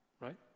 Right